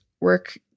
work